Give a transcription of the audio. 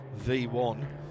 V1